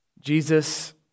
Jesus